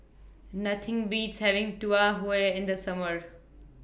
Nothing Beats having Tau Huay in The Summer